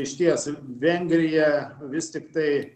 išties vengrija vis tiktai